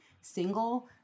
single